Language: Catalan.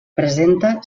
presenta